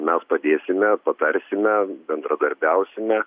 mes padėsime patarsime bendradarbiausime